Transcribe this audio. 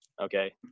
okay